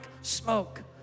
smoke